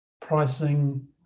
pricing